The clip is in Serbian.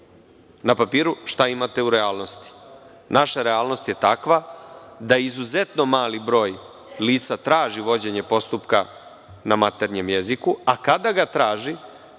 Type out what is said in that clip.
na papiru, šta imate u realnosti. Naša realnost je takva da izuzetno mali broj lica traži vođenje postupka na maternjem jeziku, a kada ga traži